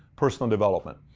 personal development.